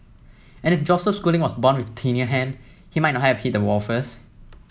and if Joseph Schooling was born with a tinier hand he might not have hit the wall first